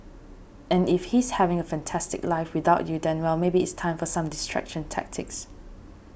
and if he's having a fantastic life without you then well maybe it's time for some distraction tactics